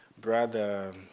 brother